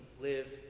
live